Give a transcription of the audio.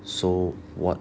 so what